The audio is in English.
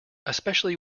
especially